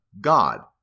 god